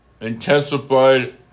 intensified